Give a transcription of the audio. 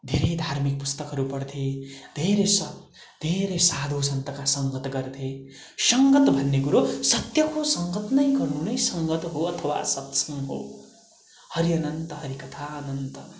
धेरै धार्मिक पुस्तकहरू पढ्थे धेरै सत् धेरै साधु सन्तका सङ्गत गर्थे सङ्गत भन्ने कुरो सत्यको सङ्गत नै गर्नु नै सङ्गत हो अथवा सत्सङ्ग हो हरिनन्द हरि कथा अनन्त